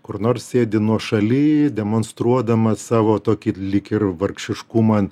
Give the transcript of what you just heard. kur nors sėdi nuošaly demonstruodamas savo tokį lyg ir vargšiškumą